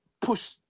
push